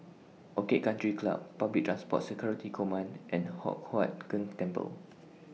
Orchid Country Club Public Transport Security Command and Hock Huat Keng Temple